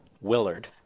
Willard